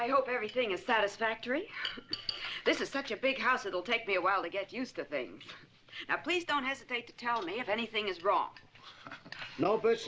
i hope everything is satisfactory this is such a big house it'll take me a while to get used to things please don't hesitate to tell me if anything is wrong i know bu